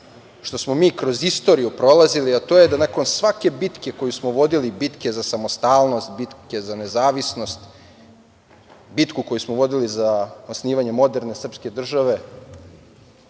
što smo mi kroz istoriju prolazili, a to je da nakon svake bitke koju smo vodili, bitke za samostalnost, bitke za nezavisnost, bitke koju smo vodili za osnivanje moderne srpske države,